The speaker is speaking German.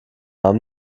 arm